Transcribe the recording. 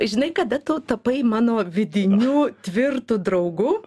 žinai kada tu tapai mano vidiniu tvirtu draugu